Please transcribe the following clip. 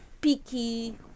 picky